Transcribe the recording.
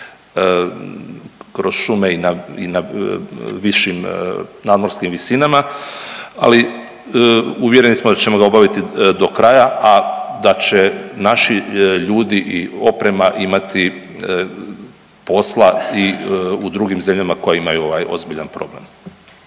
kroz šume i na višim nadmorskim visinama, ali uvjereni smo da ćemo ga obaviti do kraja, a da će naši ljudi i oprema imati posla i u drugim zemljama koje imaju ovaj ozbiljan problem.